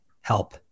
help